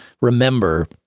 remember